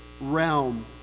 realm